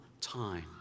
time